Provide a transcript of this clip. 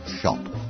shop